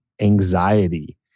anxiety